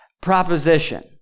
proposition